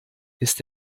ist